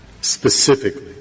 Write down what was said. specifically